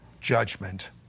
judgment